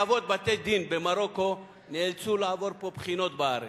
אבות בתי-דין במרוקו נאלצו לעבור פה בחינות בארץ,